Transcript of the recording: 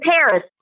Paris